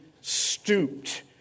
stooped